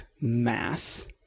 mass